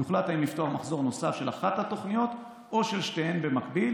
יוחלט אם לפתוח מחזור נוסף של אחת התוכניות או של שתיהן במקביל